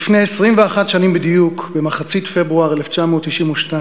לפני 21 שנים בדיוק, במחצית פברואר 1992,